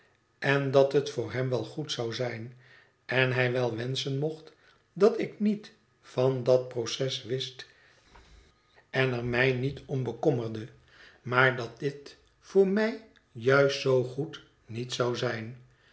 en dat het voor hem wel goed zou zijn en hij wel wenschen mocht dat ik niet van dat proces wist en er mij niet om bekommerde maar dat dit voor mij juist zoo goed niet zou zijn